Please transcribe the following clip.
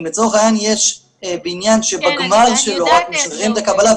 אם לצורך העניין יש בניין שבגמר שלו רק משחררים את הקבלה -- כן,